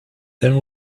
then